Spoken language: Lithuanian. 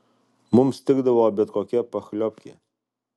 mums tikdavo bet kokia pachliobkė